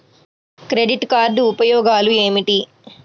Credit card ఉపయోగాలు ఏమిటి?